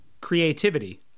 Creativity